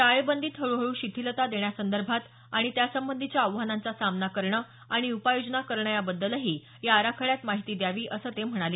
टाळेबंदीत हळूहळू शिथिलता देण्यासंदर्भात आणि त्यासंबंधीच्या आव्हानांचा सामना करणं आणि उपाययोजना करणं याबद्दलही या आराखड्यात महिती द्यावं असं ते म्हणाले